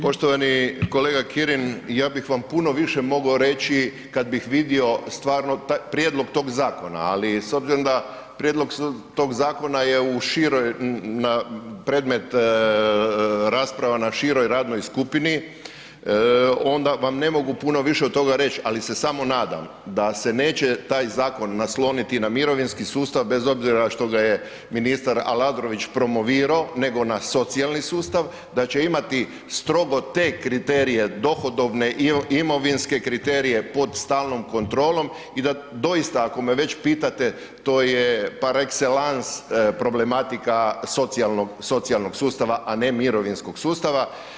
Poštovani kolega Kirin, ja bih vam puno više mogao reći kad bih vidio prijedlog tog zakona ali s obzirom da prijedlog tog zakona je na predmet rasprava na široj radnoj skupini, onda vam ne mogu puno više od toga reći se samo nadam da se neće taj zakon nasloniti na mirovinski sustav bez obzira što ga je ministar Aladrović promovirao nego na socijalni sustav da će imati strogo te kriterije dohodovne i imovinske kriterije pod stalnom kontrolom i da doista ako me već pitate, to je par excellence problematika socijalnog sustava a ne mirovinskog sustava.